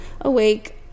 awake